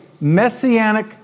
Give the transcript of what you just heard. messianic